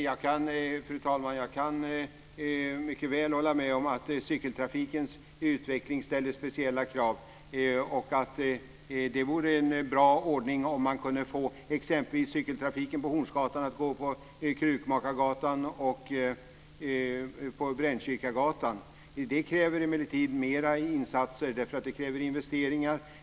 Fru talman! Jag kan mycket väl hålla med om att cykeltrafikens utveckling ställer speciella krav. Det vore en bra ordning om man kunde få exempelvis cykeltrafiken på Hornsgatan att gå på Krukmakargatan och Brännkyrkagatan. Det kräver emellertid mera insatser, därför att det kräver investeringar.